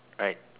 right